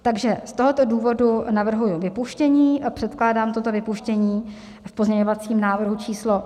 Takže z tohoto důvodu navrhuji vypuštění a předkládám toto vypuštění v pozměňovacím návrhu číslo 7411.